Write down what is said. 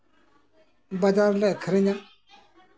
ᱵᱟᱡᱟᱨ ᱨᱮᱞᱮ ᱟᱠᱷᱨᱤᱧᱟ